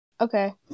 Okay